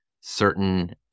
certain